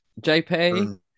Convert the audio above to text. JP